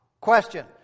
Question